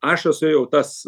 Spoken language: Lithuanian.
aš esu jau tas